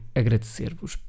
agradecer-vos